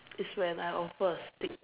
is when I offer a stick